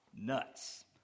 nuts